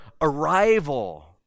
arrival